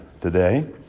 today